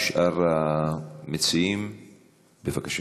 שאר המציעים, בבקשה.